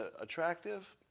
attractive